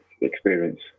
experience